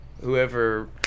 whoever